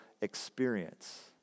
experience